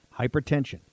Hypertension